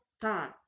time